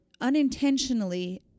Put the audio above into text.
unintentionally